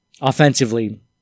offensively